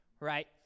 right